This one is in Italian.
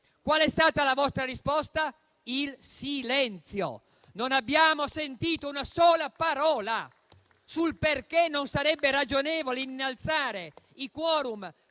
Qual è stata la vostra risposta? Il silenzio. Non abbiamo sentito una sola parola sul perché non sarebbe ragionevole innalzare i *quorum*